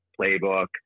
playbook